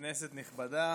כנסת נכבדה,